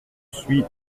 suis